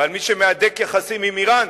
ועל מי שמהדק יחסים עם אירן,